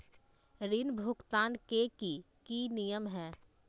ऋण भुगतान के की की नियम है?